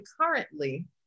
currently